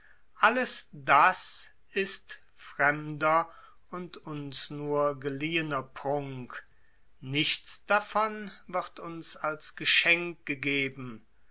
alles das ist fremder und uns geliehener prunk nichts davon wird uns als geschenk gegeben